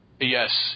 Yes